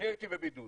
אני הייתי בבידוד